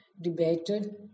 debated